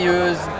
use